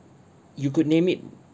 you could name it